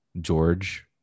George